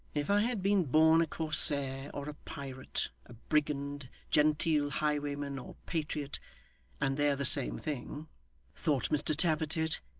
if i had been born a corsair or a pirate, a brigand, genteel highwayman or patriot and they're the same thing thought mr tappertit,